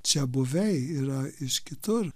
čiabuviai yra iš kitur